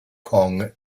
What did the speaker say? kong